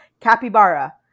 Capybara